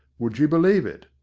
would you believe it?